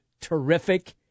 terrific